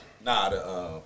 Nah